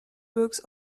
books